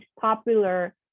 popular